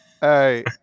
Hey